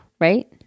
right